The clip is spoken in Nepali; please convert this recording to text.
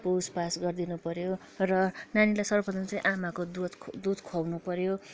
पुछपाछ गरिदिनु पऱ्यो र नानीलाई सर्वप्रथम चाहिँ आमाको दुध दुध खुवाउनु पऱ्यो